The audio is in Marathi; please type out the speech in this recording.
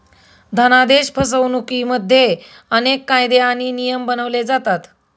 धनादेश फसवणुकिमध्ये अनेक कायदे आणि नियम बनवले जातात